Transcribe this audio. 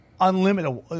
unlimited